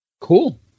Cool